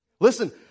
Listen